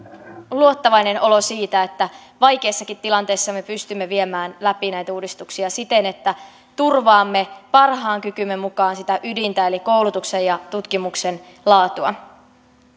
luottavainen olo siitä että vaikeassakin tilanteessa me pystymme viemään läpi näitä uudistuksia siten että turvaamme parhaan kykymme mukaan sitä ydintä eli koulutuksen ja tutkimuksen laatua